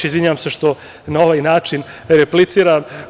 Izvinjavam se što na ovaj način repliciram.